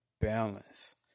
balance